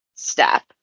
step